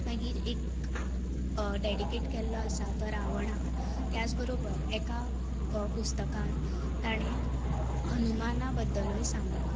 मागीर एक dedicate केल्लो आसा तो रावणाक त्याच बरोबर एका पुस्तकांत ताणें हनुमाना बद्दलूय सांगलां